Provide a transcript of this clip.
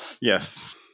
Yes